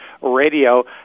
Radio